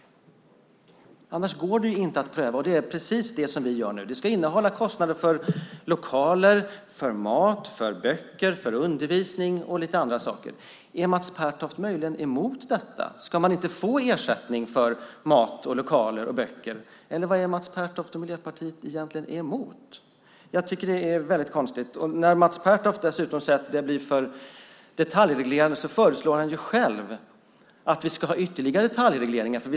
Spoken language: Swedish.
Annars går detta inte att pröva. Det är precis vad vi gör nu. Vi säger att den ska innehålla kostnader för lokaler, mat, böcker, undervisning och lite andra saker. Är Mats Pertoft emot detta? Ska man inte få ersättning för mat, lokaler och böcker, eller vad är det Mats Pertoft och Miljöpartiet egentligen är emot? Jag tycker att det är väldigt konstigt. När Mats Pertoft säger att det blir för detaljreglerande föreslår han dessutom själv att vi ska ha ytterligare detaljregleringar.